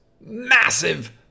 Massive